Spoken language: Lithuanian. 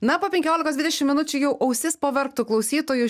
na po penkiolikos dvidešimt minučių jau ausis pavargtų klausytojų